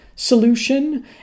solution